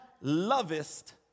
lovest